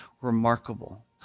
Remarkable